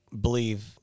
believe